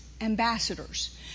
ambassadors